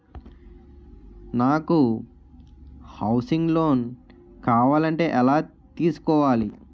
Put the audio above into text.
నాకు housing loan కావాలంటే ఎలా తీసుకోవాలి?